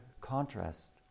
contrast